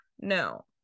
No